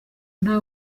nta